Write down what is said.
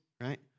right